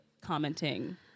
commenting